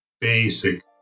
basic